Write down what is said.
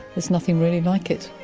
there's nothing really like it.